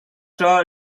saw